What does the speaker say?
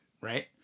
Right